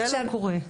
זה לא קורה.